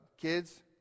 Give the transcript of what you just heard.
kids